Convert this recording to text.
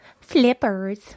Flippers